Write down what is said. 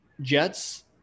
Jets